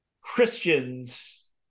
Christians